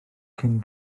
cyn